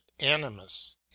animus